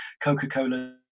Coca-Cola